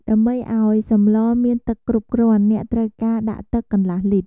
ដើម្បីឱ្យសម្លមានទឹកគ្រប់គ្រាន់ អ្នកត្រូវការដាក់ទឹកកន្លះលីត្រ។